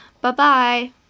Bye-bye